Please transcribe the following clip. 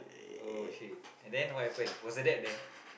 oh shit and then what happen was her dad there